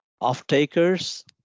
off-takers